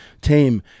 team